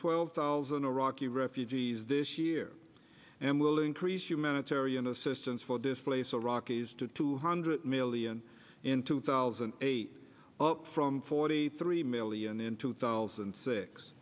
twelve thousand iraqi refugees this year and will increase humanitarian assistance for displaced iraqis to two hundred million in two thousand and eight up from forty three million in two thousand